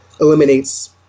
eliminates